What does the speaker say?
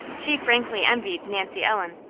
she frankly envied nancy ellen,